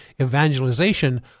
evangelization